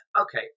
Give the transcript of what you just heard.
Okay